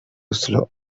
slow